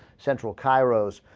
central kairos